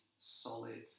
solid